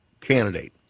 candidate